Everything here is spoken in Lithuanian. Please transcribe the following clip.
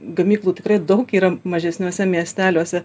gamyklų tikrai daug yra mažesniuose miesteliuose